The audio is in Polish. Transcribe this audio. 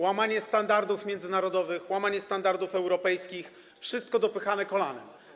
Łamanie standardów międzynarodowych, łamanie standardów europejskich, wszystko dopychane kolanem.